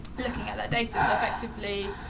looking at that data. so effectively,